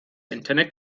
internet